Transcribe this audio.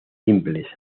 simples